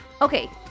Okay